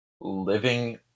living